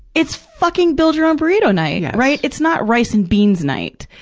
it's fucking build-your-own burrito night, yeah right? it's not rice and beans night,